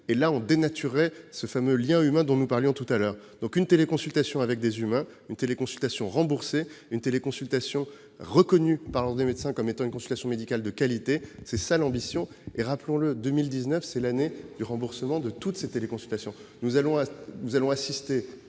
nous dénaturerions le fameux lien humain dont nous parlions précédemment. Une téléconsultation avec des humains, une téléconsultation remboursée, une téléconsultation reconnue par l'Ordre des médecins comme étant une consultation médicale de qualité, voilà l'ambition ! Rappelons que 2019 est l'année du remboursement de toutes ces téléconsultations.